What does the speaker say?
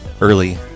early